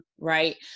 right